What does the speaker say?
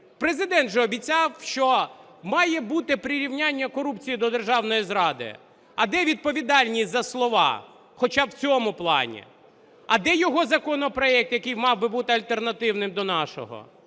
Президент же обіцяв, що має бути прирівняння корупції до державної зради. А де відповідальність за слова хоча б в цьому плані? А де його законопроект, який мав би бути альтернативним до нашого?